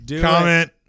comment